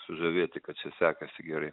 sužavėti kad čia sekasi gerai